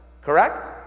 Correct